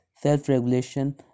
self-regulation